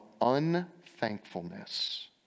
unthankfulness